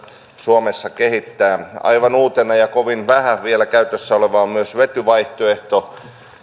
suomessa kehittää aivan uutena ja vielä kovin vähän käytössä olevana on myös vetyvaihtoehto